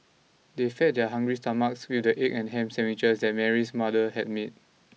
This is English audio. they fed their hungry stomachs with the egg and ham sandwiches that Mary's mother had made